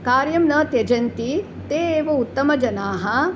कार्यं न त्यजन्ति ते एव उत्तमजनाः